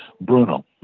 Bruno